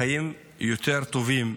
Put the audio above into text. חיים טובים יותר.